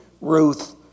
Ruth